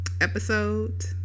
episode